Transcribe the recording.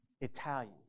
Italian